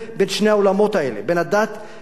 בין הדת לבין החיים הרגילים,